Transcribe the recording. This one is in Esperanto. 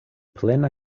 plena